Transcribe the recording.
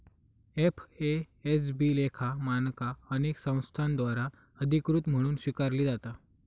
FASB लेखा मानका अनेक संस्थांद्वारा अधिकृत म्हणून स्वीकारली जाता